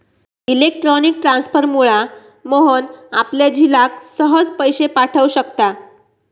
electronic ट्रांसफरमुळा मोहन आपल्या झिलाक सहज पैशे पाठव शकता